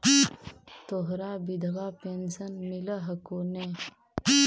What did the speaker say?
तोहरा विधवा पेन्शन मिलहको ने?